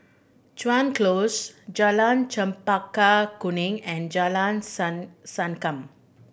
Chuan Close Jalan Chempaka Kuning and Jalan San Sankam